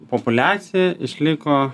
populiacija išliko